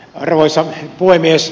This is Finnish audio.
arvoisa puhemies